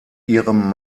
ihrem